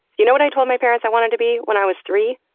you know what i told my parents i wanted to be, when i was three?